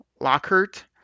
Lockhart